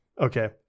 okay